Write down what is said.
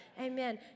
Amen